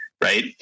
Right